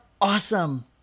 awesome